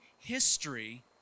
history